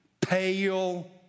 pale